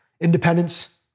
independence